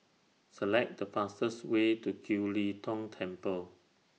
Select The fastest Way to Kiew Lee Tong Temple